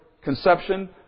conception